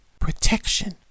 protection